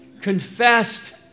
confessed